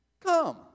Come